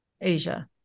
Asia